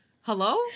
Hello